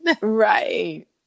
Right